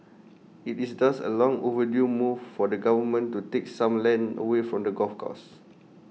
IT is thus A long overdue move for the government to take some land away from the golf courses